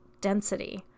density